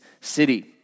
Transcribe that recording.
city